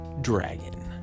Dragon